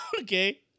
Okay